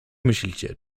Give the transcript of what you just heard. myślicie